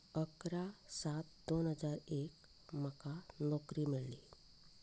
इकरा सात दोन हजार एक म्हाका नोकरी मेळ्ळी